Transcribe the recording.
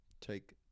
take